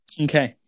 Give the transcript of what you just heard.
Okay